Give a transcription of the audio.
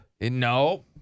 No